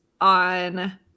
on